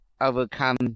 overcome